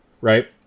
right